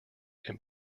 and